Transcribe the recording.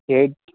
eight